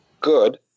good